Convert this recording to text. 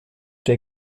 der